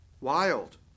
Wild